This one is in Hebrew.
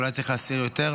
אולי צריך להסעיר יותר,